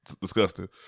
disgusting